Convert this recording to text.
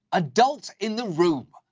adult in the room?